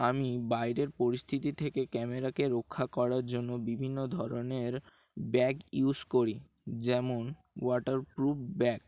আমি বাইরের পরিস্থিতি থেকে ক্যামেরাকে রক্ষা করার জন্য বিভিন্ন ধরনের ব্যাগ ইউস করি যেমন ওয়াটারপ্রুফ ব্যাগ